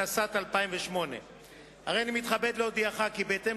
התשס"ט 2008. הריני מתכבד להודיעך כי בהתאם